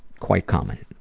quite common.